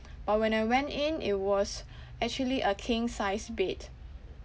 but when I went in it was actually a king sized bed